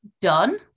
done